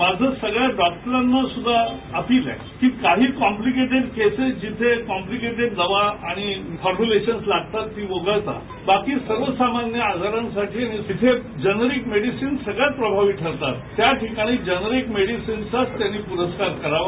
माझं सगळ्या डॉक्टरांना सुद्धा अपील आहे की काही कॉम्प्लिकेटेड केसेस जिथे कॉम्प्लिकेटेड दावा आणि फॉर्मुलेशन्स लागतात ती वगळता बाकी सर्वसामान्य आजारांसाठी जिथे जनरिक मेडिसिन सगळ्यात प्रभावी ठरतात त्या ठिकाणी जनरिक मेडिसिन चाच यांनी पुरस्कार करावा